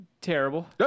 terrible